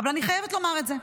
אבל אני חייבת לומר את זה.